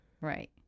right